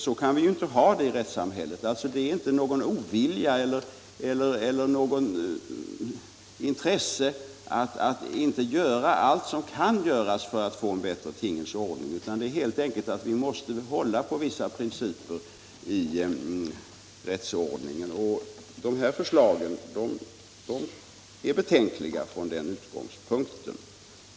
Så kan vi ju inte ha det i rättssamhället. Det är alltså inte fråga om någon ovilja eller något intresse att inte göra allt som kan göras för att få en bättre tingens ordning, utan det är helt enkelt så att vi måste hålla på vissa principer i rättsordningen, och dessa förslag är betänkliga från den utgångspunkten.